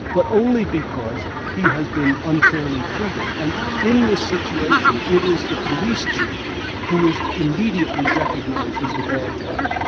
but only because he has been unfairly treated and in this situation, it is the police chief who is immediately recognised as the bad guy,